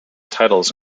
titles